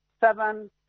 seven